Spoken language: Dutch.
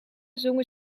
zongen